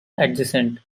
adjacent